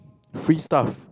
free stuff